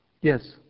Yes